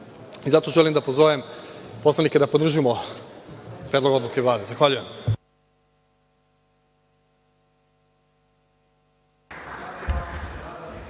Zato želim da pozovem poslanike da podržimo Predlog odluke Vlade. Zahvaljujem.